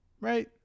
Right